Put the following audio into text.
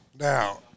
Now